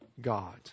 God